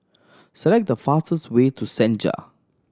select the fastest way to Senja